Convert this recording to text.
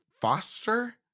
Foster